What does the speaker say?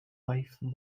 wife